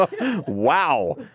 Wow